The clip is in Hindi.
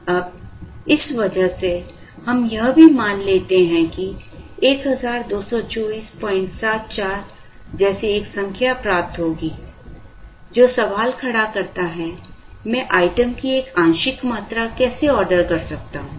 अब इस वजह से हम यह भी मान लेते हैं कि 122474 जैसे एक संख्या प्राप्त होगी जो सवाल खड़ा करता है मैं आइटम की एक आंशिक मात्रा कैसे आर्डर कर सकता हूं